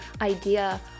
idea